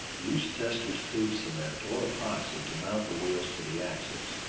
use testor's tube cement or epoxy to mount the wheels to the axles.